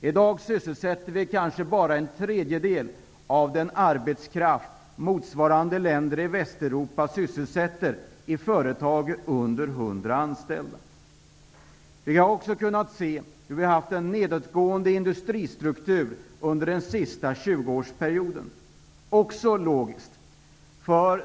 I dag sysselsätter vi kanske bara en tredjedel av den arbetskraft som motsvarande länder i Västeuropa sysselsätter i företag med under 100 anställda. Vi har också kunnat se att vi har haft en nedgång i den industriella strukturen under den senaste 20 årsperioden. Det är också logiskt.